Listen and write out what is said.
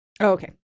Okay